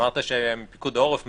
אמרת שפיקוד העורף מתכלל,